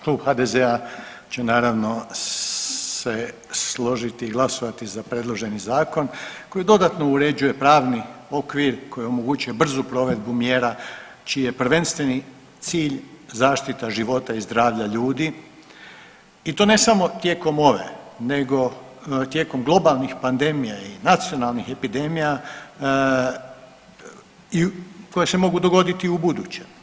Klub HDZ-a će naravno se složiti i glasovati za predloženi zakon koji dodatno uređuje pravni okvir koji omogućuje brzu provedbu mjera čiji je prvenstveni cilj zaštita života i zdravlja ljudi i to ne samo tijekom ove nego tijekom globalnih pandemija i nacionalnih epidemija koje se mogu dogoditi i ubuduće.